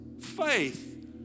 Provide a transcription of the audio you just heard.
faith